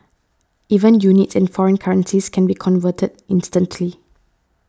even units and foreign currencies can be converted instantly